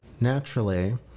Naturally